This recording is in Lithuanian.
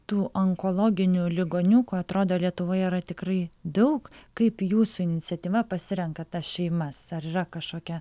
tų onkologinių ligoniukų atrodo lietuvoje yra tikrai daug kaip jūsų iniciatyva pasirenka tas šeimas ar yra kažkokia